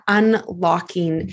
unlocking